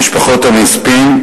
משפחות הנספים,